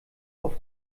auf